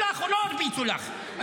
הרביצו לך או לא הרביצו לך?